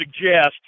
suggest